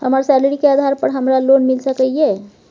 हमर सैलरी के आधार पर हमरा लोन मिल सके ये?